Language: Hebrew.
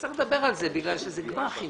נצטרך לדבר על זה כי אלה גמ"חים.